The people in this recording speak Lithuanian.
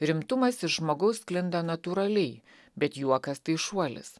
rimtumas iš žmogaus sklinda natūraliai bet juokas tai šuolis